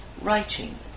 writing